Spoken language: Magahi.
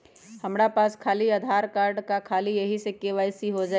हमरा पास खाली आधार कार्ड है, का ख़ाली यही से के.वाई.सी हो जाइ?